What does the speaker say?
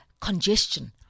congestion